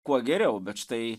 kuo geriau bet štai